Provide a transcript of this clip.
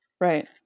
right